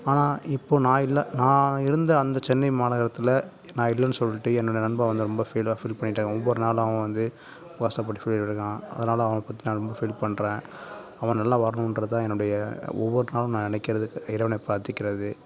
ஆனால் இப்போது நான் இல்லை நான் இருந்த அந்த சென்னை மாநகரத்தில் நான் இல்லனு சொல்லிட்டு என்னுடைய நண்பன் வந்து ரொம்ப ஃபீலாக ஃபீல் பண்ணிட்டு ஒவ்வொரு நாளும் அவன் வந்து அதனால அவனை பற்றி நான் ரொம்ப ஃபீல் பண்ணுறேன் அவன் நல்லா வர்ணும்றது தான் என்னுடைய ஒவ்வொரு நாளும் நான் நினைக்கிறது இறைவனை பிராத்திக்கிறது